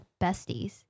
besties